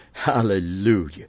Hallelujah